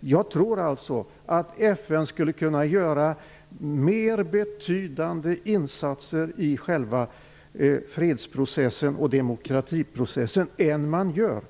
Jag tror alltså att FN skulle kunna göra mer betydande insatser i själva fredsprocessen och demokratiprocessen än man gör.